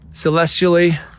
Celestially